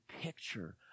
picture